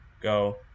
go